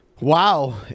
Wow